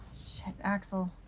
shit, axel.